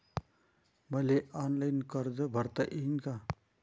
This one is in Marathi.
मले ऑनलाईन कर्ज भरता येईन का?